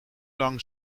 lang